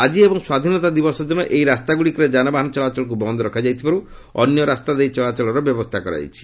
ଆଜି ଏବଂ ସ୍ୱାଧୀନତା ଦିବସ ଦିନ ଏହି ରାସ୍ତାଗୁଡ଼ିକରେ ଯାନବାହାନ ଚଳାଚଳକୁ ବନ୍ଦ ରଖାଯାଇଥିବାରୁ ଅନ୍ୟ ରାସ୍ତା ଦେଇ ଚଳାଚଳର ବ୍ୟବସ୍ଥା କରାଯାଇଛି